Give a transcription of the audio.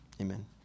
Amen